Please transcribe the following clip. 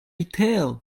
tell